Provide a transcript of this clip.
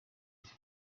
ati